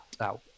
out